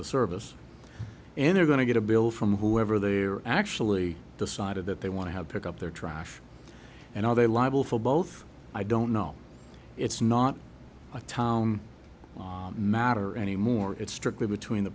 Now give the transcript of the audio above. the service and they're going to get a bill from whoever they're actually decided that they want to have pick up their trash and are they libel for both i don't know it's not a town matter anymore it's strictly between the